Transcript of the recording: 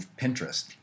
Pinterest